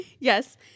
yes